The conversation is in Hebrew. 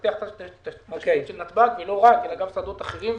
ולפתח את התשתית של נתב"ג ושל שדות תעופה אחרים.